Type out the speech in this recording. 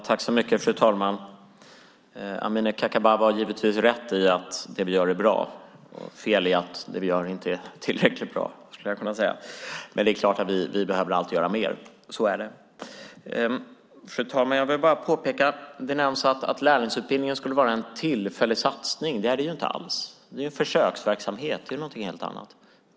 Fru talman! Amineh Kakabaveh har givetvis rätt i att det vi gör är bra och fel i att det vi gör inte är tillräckligt bra. Så skulle jag kunna säga. Men det är klart att vi alltid behöver göra mer. Så är det. Det nämns att lärlingsutbildningen skulle vara en tillfällig satsning. Det är den inte alls. Det är en försöksverksamhet, och det är något helt annat.